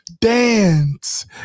dance